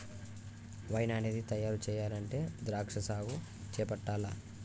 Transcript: wine అనేది తయారు చెయ్యాలంటే ద్రాక్షా సాగు చేపట్టాల్ల